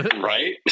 right